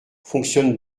fonctionne